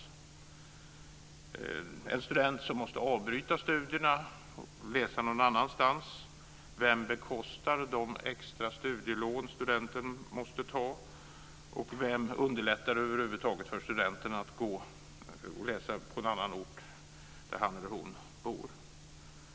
Vem bekostar de extra studielån som en student som måste avbryta studierna och läsa någon annanstans måste ta? Och vem underlättar över huvud taget för studenten att läsa på annan ort än på den som han eller hon bor?